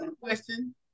question